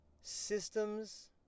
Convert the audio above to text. systems